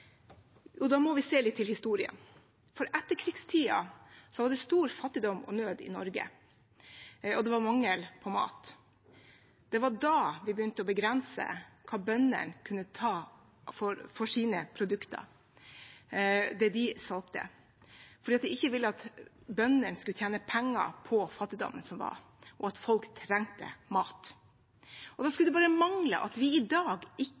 Da må vi se litt på historien. I etterkrigstiden var det stor fattigdom og nød i Norge, og det var mangel på mat. Det var da vi begynte å begrense hva bøndene kunne ta for sine produkter, for det de solgte, fordi vi ikke ville at bøndene skulle tjene penger på fattigdommen som var, og på at folk trengte mat. Da skulle det bare mangle at vi i dag ikke